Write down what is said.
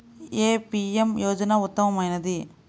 ఏ PM యోజన ఉత్తమమైనది?